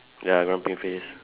ya grumpy face